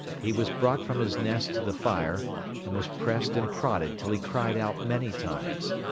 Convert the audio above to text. he was brought from his nest to the fire and was pressed and prodded till he cried out many times.